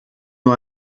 nun